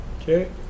Okay